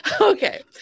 Okay